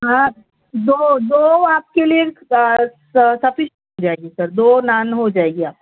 ہاں دو دو آپ کے لیے سفیشنٹ ہو جائے گی سر دو نان ہو جائے گی آپ کو